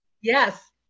Yes